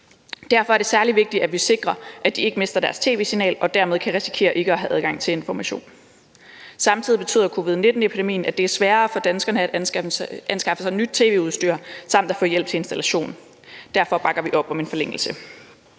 derfor er det særlig vigtigt, at vi sikrer, at de ikke mister deres tv-signal og dermed kan risikere ikke at have adgang til information. Samtidig betyder covid-19-epidemien, at det er sværere for danskerne at anskaffe sig nyt tv-udstyr samt at få hjælp til installation, og derfor bakker vi op om en forlængelse.